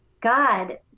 God